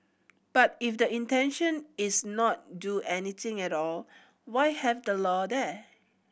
but if the intention is not do anything at all why have the law there